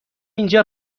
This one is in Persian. اینجا